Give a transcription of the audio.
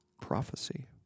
prophecy